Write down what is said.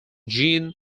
jean